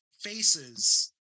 faces